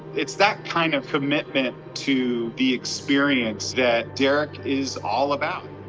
it's that kind of commitment to the experience that derek is all about.